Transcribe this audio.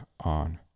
on